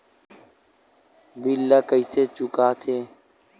bill ला कइसे चुका थे